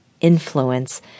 Influence